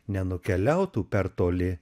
nenukeliautų per toli